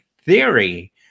theory